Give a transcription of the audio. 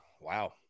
Wow